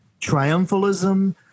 triumphalism